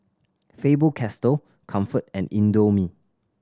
Faber Castell Comfort and Indomie